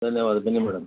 ಧನ್ಯವಾದ ಬನ್ನಿ ಮೇಡಮ್